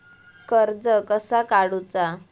कर्ज कसा काडूचा?